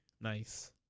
Nice